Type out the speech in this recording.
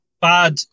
bad